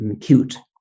cute